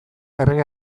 errege